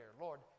Lord